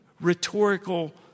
rhetorical